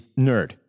nerd